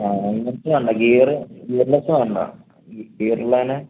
ആ അങ്ങനെത്തേത് വേണ്ട ഗിയർ ഗിയർലെസ് വേണ്ട ഗിയർ ഉള്ളത് തന്നെ